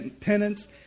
penance